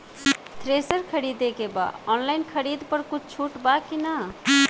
Thresher खरीदे के बा ऑनलाइन खरीद पर कुछ छूट बा कि न?